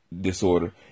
disorder